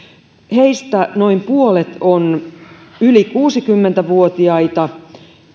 heistä noin puolet on yli kuusikymmentä vuotiaita